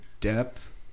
depth